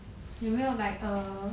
有没有 like err